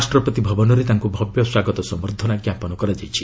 ରାଷ୍ଟ୍ରପତି ଭବନରେ ତାଙ୍କୁ ଭବ୍ୟ ସ୍ୱାଗତ ସମ୍ଭର୍ଦ୍ଧନା ଞ୍ଜାପନ କରାଯାଇଛି